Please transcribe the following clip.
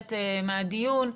מבולבלת מהדיון.